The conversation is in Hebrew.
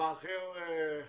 בוקר טוב,